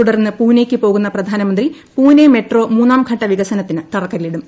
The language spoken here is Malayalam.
തുടർന്ന് പൂനെയ്ക്ക് പോകുന്ന പ്രധാനമന്ത്രി പൂനെ മെട്രോ മൂന്നാംഘട്ട വികസനത്തിന് തറക്കല്ലിടും